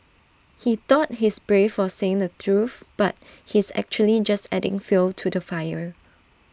he thought he's brave for saying the truth but he's actually just adding fuel to the fire